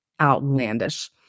outlandish